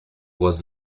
was